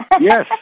Yes